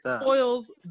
spoils